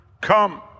come